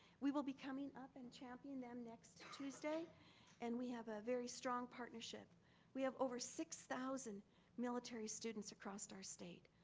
we will be coming up and champion them next tuesday and we have a very strong partnership we have over six thousand military students across our state.